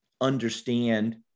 understand